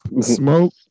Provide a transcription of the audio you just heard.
smoke